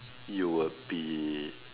you will be